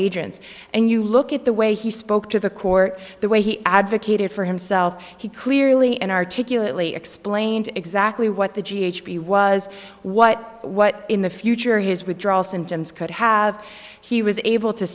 agents and you look at the way he spoke to the court the way he advocated for himself he clearly and articulately explained exactly what the g h d was what what in the future his withdrawal symptoms could have he was able to